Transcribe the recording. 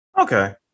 Okay